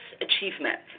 achievement